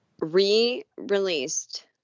Re-released